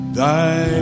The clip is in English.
thy